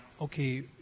Okay